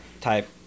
type